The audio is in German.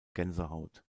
gänsehaut